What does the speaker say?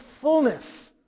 fullness